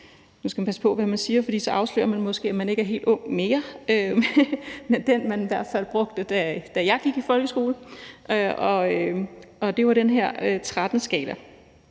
nu skal man passe på, hvad man siger, for så afslører man måske, at man ikke er helt ung mere – altså den, som man brugte, da jeg gik i folkeskole, og det var den her 13-skala.